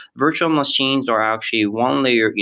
virtual machines are actually one layer,